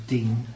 Dean